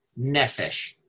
nefesh